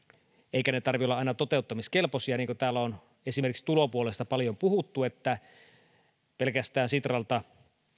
eikä niiden tarvitse olla aina toteuttamiskelpoisia niin kuin täällä on esimerkiksi tulopuolesta paljon puhuttu että sitralta